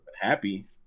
happy